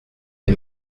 des